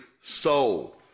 soul